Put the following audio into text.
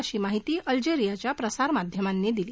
अशी माहिती अल्जेरियाच्या प्रसारमाध्यमांनी दिली